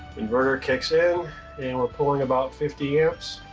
inverter kicks in and we're pulling about fifty amps.